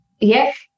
Yes